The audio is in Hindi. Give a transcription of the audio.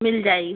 मिल जाएगी